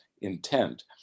intent